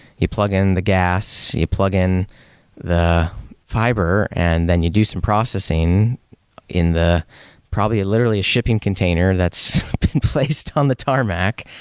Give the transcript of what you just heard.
you plug in the gas, you plug in the fiber and then you do some processing in probably literally a shipping container that's been placed on the tarmac.